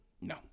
No